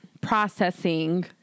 processing